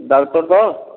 ଡାକ୍ତର ତ